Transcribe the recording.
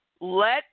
let